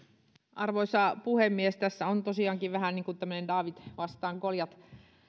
arvoisa puhemies tässä on tosiaankin vähän niin kuin tämmöinen daavid vastaan goljat